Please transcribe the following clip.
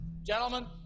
Gentlemen